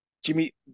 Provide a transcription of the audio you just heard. Jimmy